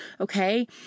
Okay